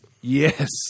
Yes